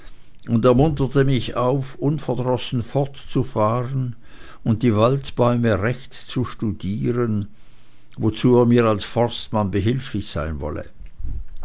und er munterte mich auf unverdrossen fortzufahren und die waldbäume recht zu studieren wozu er mir als forstmann behilflich sein wolle